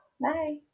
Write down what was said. Bye